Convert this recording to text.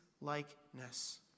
likeness